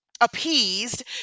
appeased